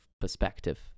perspective